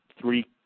three